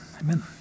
Amen